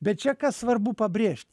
bet čia kas svarbu pabrėžt